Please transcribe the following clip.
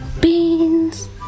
Beans